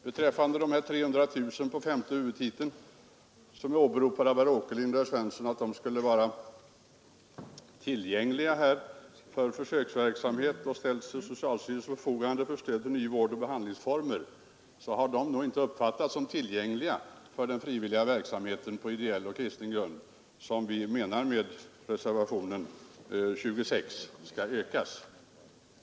Beträffande de 300 000 kronor på femte huvudtiteln som enligt herr Åkerlind och herr Svensson i Kungälv skulle vara tillgängliga för försöksverksamhet och ställda till socialstyrelsens förfogande för stöd till nya vårdoch behandlingsformer, så har de nog inte uppfattats som tillgängliga för den frivilliga verksamhet på ideell och kristen grund som vi föreslår utökad i reservationen 26.